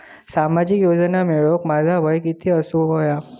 सामाजिक योजना मिळवूक माझा वय किती असूक व्हया?